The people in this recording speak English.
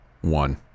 one